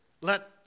let